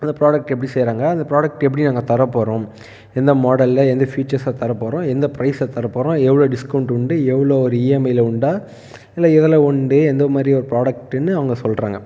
அந்த ப்ராடெக்ட் எப்படி செய்கிறாங்க அந்த ப்ராடெக்ட் எப்படி நாங்கள் தரப்போகிறோம் எந்த மாடலில் எந்த ஃபீச்சர்ஸில் தரப்போகிறோம் எந்த ப்ரைஸில் தரப்போகிறோம் எவ்வளோ டிஸ்கவுண்ட் உண்டு எவ்வளோ ஒரு இஎம்ஐயில் உண்டா இல்லை எதில் உண்டு எந்தமாதிரி ஒரு ப்ராடெக்ட்டுன்னு அவங்க சொல்கிறாங்க